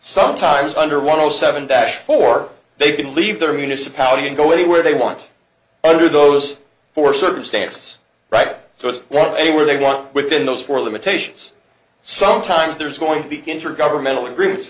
sometimes under one of the seven dash for they could leave their municipality and go anywhere they want under those four circumstances right so as well anywhere they want within those four limitations sometimes there's going to be intergovernmental agreement